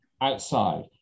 outside